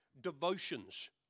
devotions